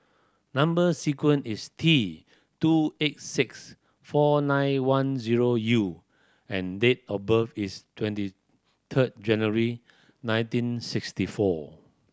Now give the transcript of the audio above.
number sequence is T two eight six four nine one zero U and date of birth is twenty third January nineteen sixty four